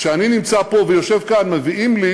כשאני נמצא פה ויושב כאן מביאים לי